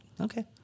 Okay